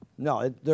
No